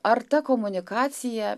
ar ta komunikacija